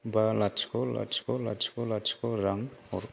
बा लाथिख' लाथिख' लाथिख' लाथिख' रां हर